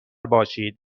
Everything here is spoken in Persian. باشید